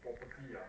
property ah